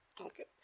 Okay